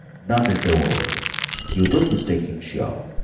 none in the world you did mistake him, sure.